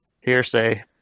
Hearsay